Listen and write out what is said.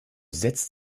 setzt